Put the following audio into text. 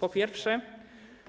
Po pierwsze,